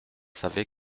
savait